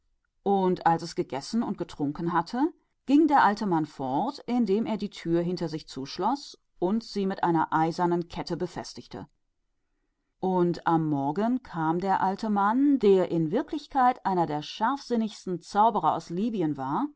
und als es gegessen und getrunken hatte ging der alte mann hinaus und verschloß die tür hinter sich und verriegelte sie mit einer eisernen kette und im anderen tage kam der alte mann der der verschlagenste der libyschen zauberer war